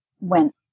went